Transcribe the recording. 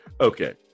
Okay